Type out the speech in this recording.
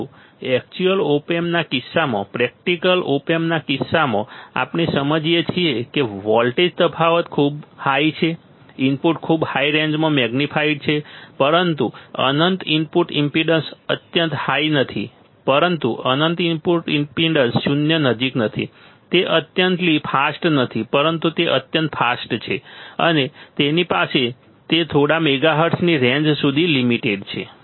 પરંતુ actual op amp ના કિસ્સામાં પ્રેક્ટિકલ ઓપ એમ્પ ના કિસ્સામાં આપણે સમજીએ છીએ કે વોલ્ટેજ તફાવત ખૂબ હાઈ છે ઇનપુટ ખૂબ હાઈ રેન્જમાં મેગ્નિફાઇડ છે પરંતુ અનંત ઇનપુટ ઈમ્પેડન્સ અત્યંત હાઈ નથી પરંતુ અનંત આઉટપુટ ઈમ્પેડન્સ શૂન્યની નજીક નથી તે અનંતલી ફાસ્ટ નથી પરંતુ તે અત્યંત ફાસ્ટ છે અને તેની પાસે તે થોડા મેગાહર્ટ્ઝની રેન્જ સુધી લિમીટેડ છે